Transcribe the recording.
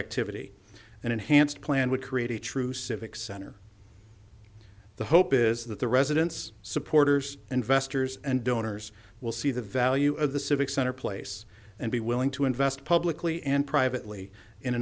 activity and enhanced plan would create a true civic center the hope is that the residents supporters investors and donors will see the value of the civic center place and be willing to invest publicly and privately